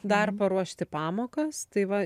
dar paruošti pamokas tai va